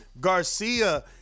Garcia